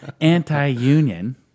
anti-union